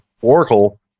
Oracle